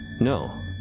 No